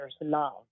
love